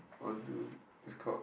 want to is called